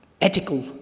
ethical